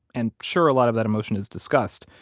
and sure, a lot of that emotion is disgust,